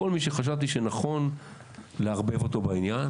כל מי שחשבתי לנכון לערבב אותו בעניין,